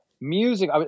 music